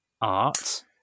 art